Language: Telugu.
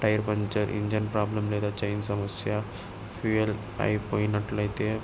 టైర్ పంచర్ ఇంజన్ ప్రాబ్లం లేదా చైన్ సమస్య ఫ్యూయల్ అయిపోయినట్లయితే